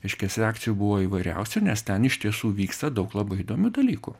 reiškias reakcijų buvo įvairiausių nes ten iš tiesų vyksta daug labai įdomių dalykų